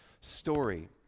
story